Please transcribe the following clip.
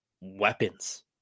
weapons